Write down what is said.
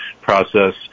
process